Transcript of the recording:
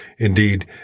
Indeed